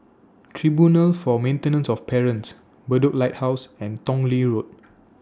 Tribunal For Maintenance of Parents Bedok Lighthouse and Tong Lee Road